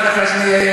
אחד אחרי השני,